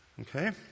Okay